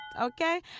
Okay